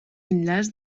enllaç